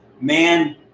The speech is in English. Man